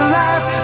life